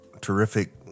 terrific